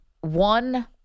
one